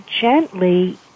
gently